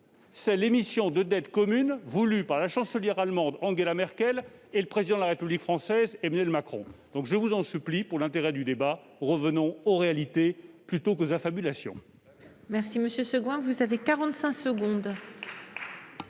c'est l'émission de dette commune voulue par la Chancelière allemande, Angela Merkel, et le Président de la République française, Emmanuel Macron. Je vous en supplie : pour l'intérêt du débat, revenons aux réalités et écartons les affabulations